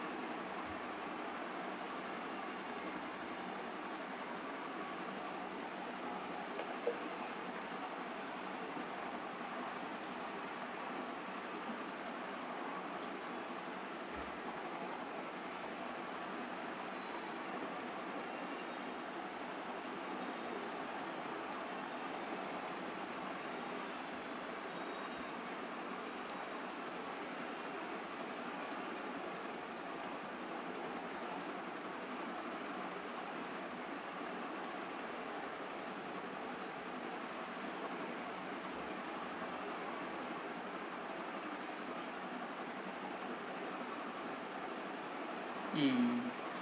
mm